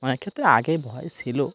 অনেক ক্ষেত্রে আগে ভয় ছিল